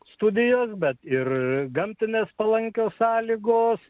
studijos bet ir gamtinės palankios sąlygos